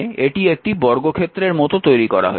এটি একটি বর্গক্ষেত্রের মতো তৈরি করা হয়েছে